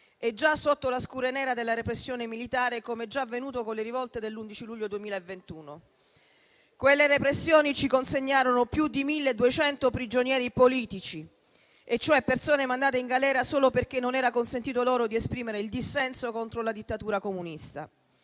e già sotto la scure nera della repressione militare, come già avvenuto con le rivolte dell'11 luglio 2021. Quelle repressioni ci consegnarono più di 1.200 prigionieri politici, e cioè persone mandate in galera solo perché non era consentito loro di esprimere il dissenso contro la dittatura comunista.